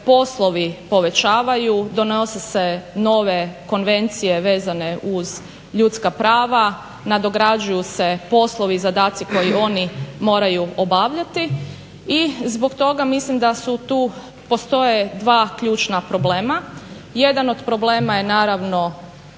poslovi povećavaju, donose se nove konvencije vezane uz ljudska prava, nadograđuju se poslovi i zadaci koje oni moraju obavljati i zbog toga mislim da tu postoje dva ključna problema. Jedan od problema je naravno